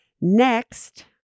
Next